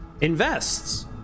invests